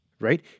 Right